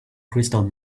crystal